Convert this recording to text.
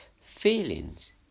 Feelings